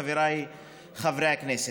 חבריי חברי הכנסת,